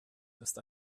ist